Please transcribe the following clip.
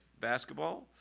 basketball